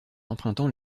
empruntant